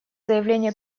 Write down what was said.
заявления